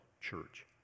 church